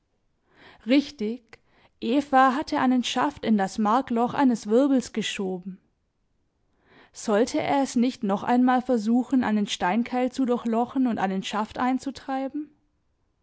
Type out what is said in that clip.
richtig eva hatte einen schaft in das markloch eines wirbels geschoben sollte er es nicht noch einmal versuchen einen steinkeil zu durchlochen und einen schaft einzutreiben